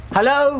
Hello